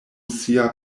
sia